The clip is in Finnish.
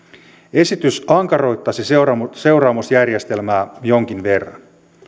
esitys ankaroittaisi seuraamusjärjestelmää jonkin verran